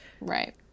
right